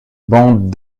bande